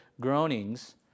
groanings